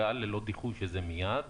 הגעה ללא דיחוי שזה מיד,